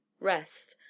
rest